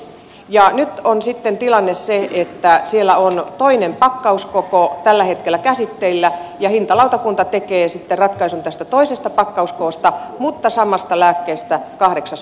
nyt on sitten tilanne se että siellä on toinen pakkauskoko tällä hetkellä käsitteillä ja hintalautakunta tekee sitten ratkaisun tästä toisesta pakkauskoosta mutta samasta lääkkeestä kahdeksas